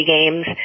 Games